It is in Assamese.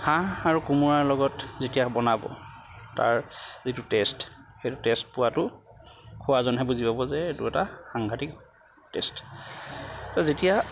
হাঁহ আৰু কোমোৰাৰ লগত যেতিয়া বনাব তাৰ যিটো টেষ্ট সেইটো টেষ্ট পোৱাটো খোৱাজনেহে বুজি পাব যে এইটো এটা সাংঘাতিক টেষ্ট যেতিয়া